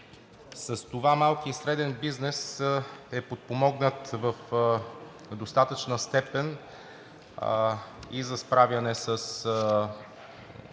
С това малкият и средният бизнес е подпомогнат в достатъчна степен и за справяне с